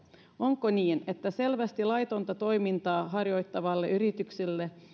onko niin että selvästi laitonta toimintaa harjoittavalle yritykselle